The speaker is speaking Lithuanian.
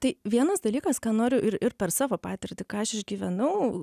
tai vienas dalykas ką noriu ir ir per savo patirtį ką aš išgyvenau